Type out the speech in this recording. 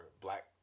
black